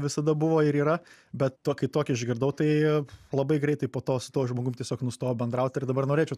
visada buvo ir yra bet tokį tokį išgirdau tai labai greitai po to su tuo žmogum tiesiog nustojau bendraut ir dabar norėčiau